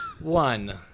One